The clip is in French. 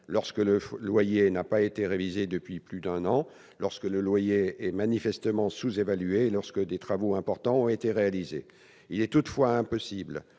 lorsque le loyer n'a pas été révisé depuis plus d'un an ; lorsque le loyer est manifestement sous-évalué ; et lorsque des travaux importants ont été réalisés. Il est toutefois impossible